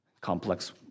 complex